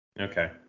Okay